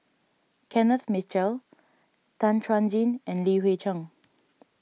Kenneth Mitchell Tan Chuan Jin and Li Hui Cheng